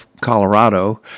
Colorado